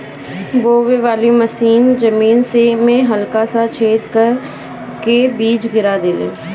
बोवे वाली मशीन जमीन में हल्का सा छेद क के बीज गिरा देले